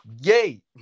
Yay